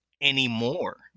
anymore